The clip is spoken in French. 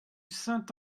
saint